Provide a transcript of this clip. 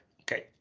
Okay